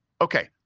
okay